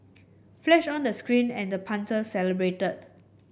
flash on the screen and the punter celebrated